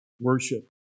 worship